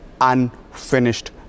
unfinished